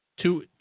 Two